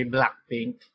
Blackpink